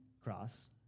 cross